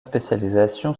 spécialisation